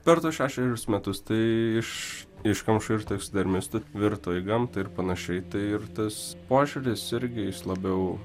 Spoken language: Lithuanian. per tuos šešerius metus tai iš iškamšų ir teksdermistų virto į gamtą ir panašiai tai ir tas požiūris irgi is labiau